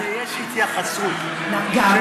זה מראה שיש התייחסות, גם.